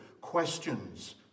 questions